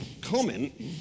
comment